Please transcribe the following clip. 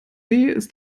ist